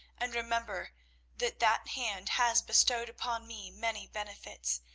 and remember that that hand has bestowed upon me many benefits,